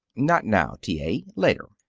not now, t. a. later.